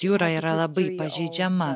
jūra yra labai pažeidžiama